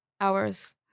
hours